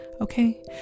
okay